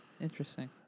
Interesting